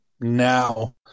now